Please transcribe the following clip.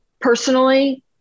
personally